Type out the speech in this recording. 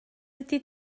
ydy